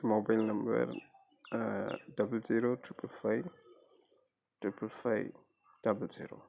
mobile number double zero triple five triple five double zero